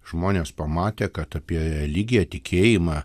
žmonės pamatė kad apie religiją tikėjimą